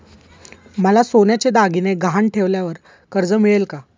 मला सोन्याचे दागिने गहाण ठेवल्यावर कर्ज मिळेल का?